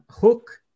Hook